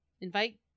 Invite